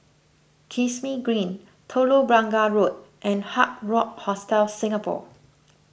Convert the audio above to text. Kismis Green Telok Blangah Road and Hard Rock Hostel Singapore